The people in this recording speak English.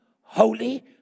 Holy